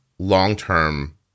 long-term